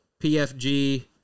PFG